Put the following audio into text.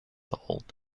old